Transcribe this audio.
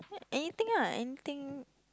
anything lah anything